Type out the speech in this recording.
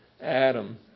Adam